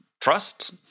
trust